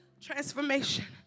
transformation